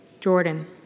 Jordan